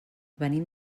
venim